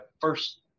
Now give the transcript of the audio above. first